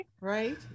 Right